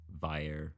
via